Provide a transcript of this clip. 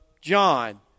John